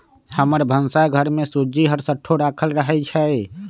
हमर भन्सा घर में सूज्ज़ी हरसठ्ठो राखल रहइ छै